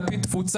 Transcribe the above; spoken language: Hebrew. על פי תפוצה,